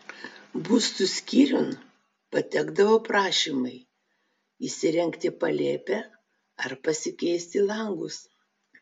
būstų skyriun patekdavo prašymai įsirengti palėpę ar pasikeisti langus